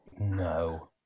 No